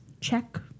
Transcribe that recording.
Check